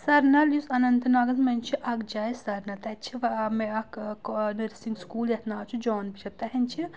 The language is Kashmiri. سَرنَل یُس اَنَنت ناگَس منٛز چھِ اَکھ جاے سَرنَل تَتہِ چھِ مےٚ اَکھ نٔرسِنٛگ سکوٗل یَتھ ناو چھُ جان بِشپ تَہَنٛدۍ چھِ